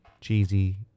cheesy